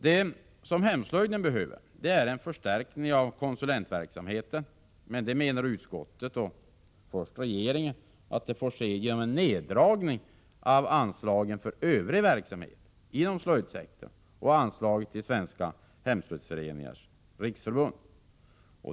Det som hemslöjden behöver är en förstärkning av konsulentverksamheten, men det, menar först regeringen och sedan utskottet, får ske genom en neddragning av anslagen till övrig verksamhet inom slöjdsektorn och anslaget till Svenska hemslöjdsföreningars riksförbund.